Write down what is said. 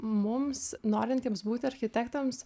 mums norintiems būt architektams